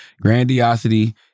grandiosity